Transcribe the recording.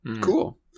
Cool